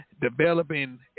developing